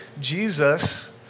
Jesus